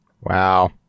Wow